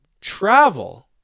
travel